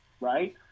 right